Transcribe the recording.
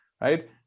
right